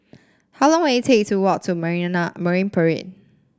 how long will it take to walk to Marine Parade